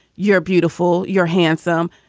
you're beautiful, you're handsome.